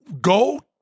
Go